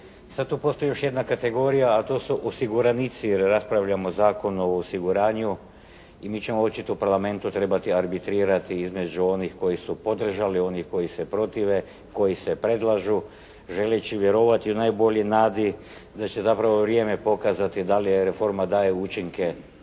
Sad tu postoji još jedna kategorija, a to su osiguranici jer raspravljamo o Zakonu o osiguranju i mi ćemo očito u Parlamentu trebati arbitrirati između onih koji su podržali, onih koji se protive, koji se predlažu želeći vjerovati u najboljoj nadi da će zapravo vrijeme pokazati da li reforma daje učinke